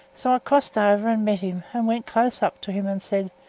so i crossed over and met him, and went close up to him and said,